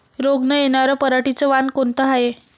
रोग न येनार पराटीचं वान कोनतं हाये?